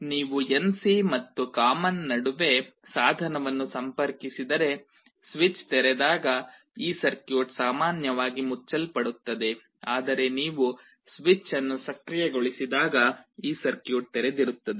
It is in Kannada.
ನೀವು NC ಮತ್ತು ಕಾಮನ್ ನಡುವೆ ಸಾಧನವನ್ನು ಸಂಪರ್ಕಿಸಿದರೆ ಸ್ವಿಚ್ ತೆರೆದಾಗ ಈ ಸರ್ಕ್ಯೂಟ್ ಸಾಮಾನ್ಯವಾಗಿ ಮುಚ್ಚಲ್ಪಡುತ್ತದೆ ಆದರೆ ನೀವು ಸ್ವಿಚ್ ಅನ್ನು ಸಕ್ರಿಯಗೊಳಿಸಿದಾಗ ಈ ಸರ್ಕ್ಯೂಟ್ ತೆರೆದಿರುತ್ತದೆ